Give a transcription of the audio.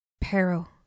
Peril